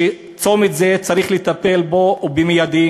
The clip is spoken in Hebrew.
צומת זה צריך לטפל בו, ומייד.